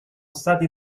stati